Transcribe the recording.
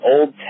Old